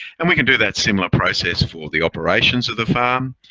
and we can do that similar process for the operations of the farm.